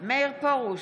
מאיר פרוש,